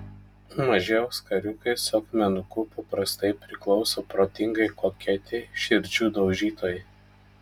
maži auskariukai su akmenuku paprastai priklauso protingai koketei širdžių daužytojai